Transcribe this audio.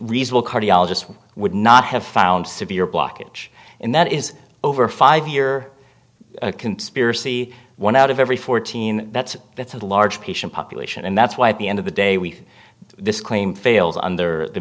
reasonable cardiologist would not have found severe blockage and that is over five year conspiracy one out of every fourteen that's that's a large patient population and that's why at the end of the day we think this claim fails under the